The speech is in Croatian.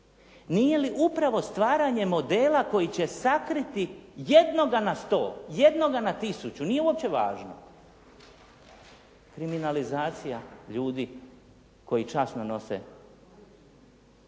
Nije li upravo stvaranje modela koji će sakriti jednoga na sto, jednoga na tisuću, nije uopće važno. Kriminalizacija ljudi koji časno nose